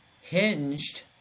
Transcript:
hinged